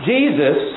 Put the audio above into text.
Jesus